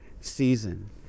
season